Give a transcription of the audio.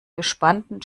gespannten